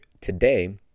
today